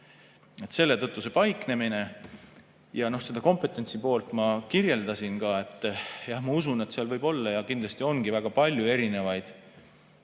Selle tõttu see paiknemine. Seda kompetentsi poolt ma kirjeldasin ka. Jah, ma usun, et võib olla ja kindlasti ongi väga palju erinevaid